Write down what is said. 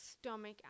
stomach